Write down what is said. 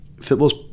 football's